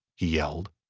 he yelled